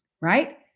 right